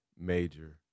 major